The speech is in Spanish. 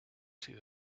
sido